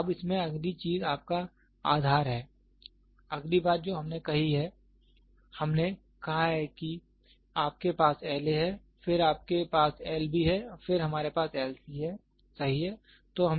अब इसमें अगली चीज़ आपका आधार है अगली बात जो हमने कही है हमने कहा है कि आपके पास LA है फिर आपके पास L B है फिर हमारे पास L C है सही है